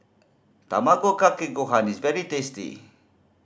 Tamago Kake Gohan is very tasty